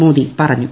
മോദി പറഞ്ഞു